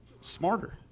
Smarter